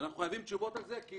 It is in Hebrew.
אנחנו חייבים תשובות על זה כי